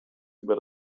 über